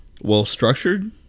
well-structured